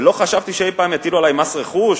ולא חשבתי שאי-פעם יטילו עלי מס רכוש,